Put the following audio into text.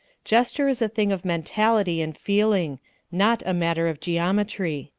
gesture is a thing of mentality and feeling not a matter of geometry.